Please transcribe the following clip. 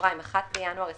(1 בינואר 2021)